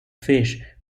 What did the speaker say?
fish